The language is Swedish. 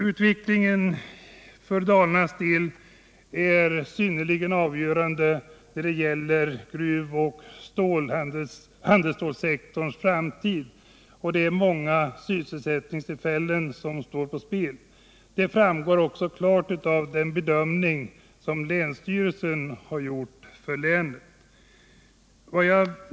Utvecklingen inom gruvoch handelsstålssektorn är avgörande för Dalarnas framtid, och många sysselsättningstillfällen står där på spel. Detta framgår också klart av den bedömning av möjligheterna för länet som länsstyrelsen har gjort.